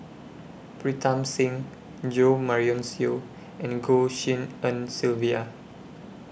Pritam Singh Jo Marion Seow and Goh Tshin En Sylvia